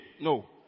No